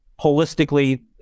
holistically